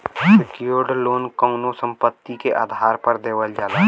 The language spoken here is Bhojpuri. सेक्योर्ड लोन कउनो संपत्ति के आधार पर देवल जाला